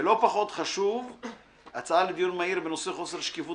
ולא פחות חשוב הצעה לדיון מהיר בנושא חוסר שקיפות